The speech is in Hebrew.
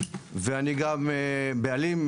ואני גם בעלים,